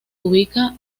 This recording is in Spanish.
ubica